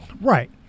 right